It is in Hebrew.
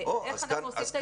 איך אנחנו עושים את האיזונים.